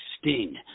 sting